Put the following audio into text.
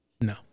No